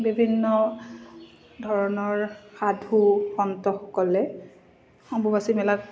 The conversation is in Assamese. বিভিন্ন ধৰণৰ সাধু সন্তসকলে অম্বুবাচী মেলাত